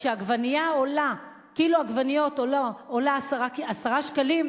שכשקילו עגבניות עולה 10 שקלים,